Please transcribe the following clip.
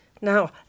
Now